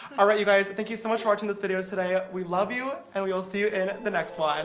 all right you guys thank you so much for watching this video today ah we love you and we will see you in the next one.